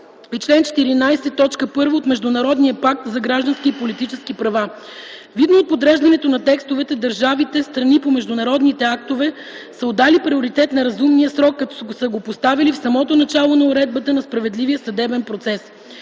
и чл. 14, т. 1 от Международния пакт за граждански и политически права. Видно от подреждането на текстовете държавите – страни по международните актове, са отдали приоритет на „разумния срок”, като са го поставили в самото начало на уредбата за справедливия съдебен процес.